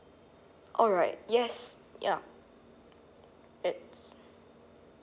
alright yes yeah it's